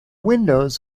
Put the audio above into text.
windows